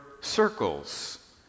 circles